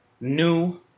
New